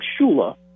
Shula